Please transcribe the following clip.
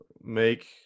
make